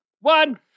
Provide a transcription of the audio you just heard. one